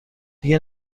دیگه